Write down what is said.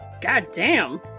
Goddamn